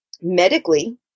medically